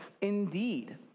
Indeed